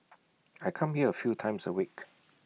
I come here A few times A week